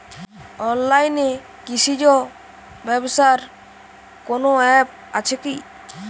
অনলাইনে কৃষিজ ব্যবসার কোন আ্যপ আছে কি?